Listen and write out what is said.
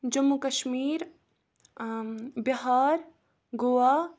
Jammu Kashmir Bihar Goa